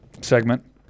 segment